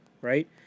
right